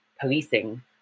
policing